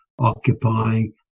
occupying